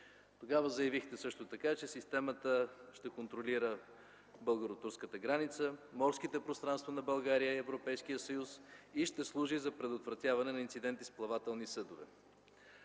Тогава заявихте също така, че системата ще контролира българо-турската граница, морските пространства на България и Европейския съюз и ще служи за предотвратяване на инциденти с плавателни съдове.